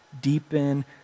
deepen